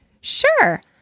Sure